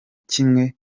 kimwe